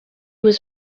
was